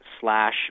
slash